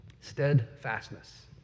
Steadfastness